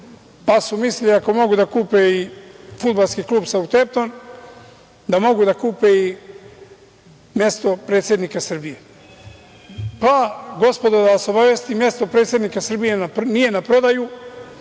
pa su mislili ako mogu da kupe i fudbalski klub „Sautempton“, da mogu da kupe i mesto predsednika Srbije. Gospodo, da vas obavestim, mesto predsednika Srbije nije na prodaju.